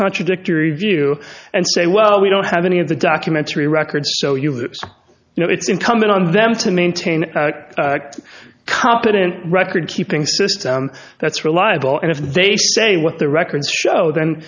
contradictory view and say well we don't have any of the documentary records so you know it's incumbent on them to maintain a competent record keeping system that's reliable and if they say what the records show then